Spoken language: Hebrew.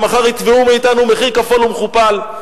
שמחר יתבעו מאתנו מחיר כפול ומכופל.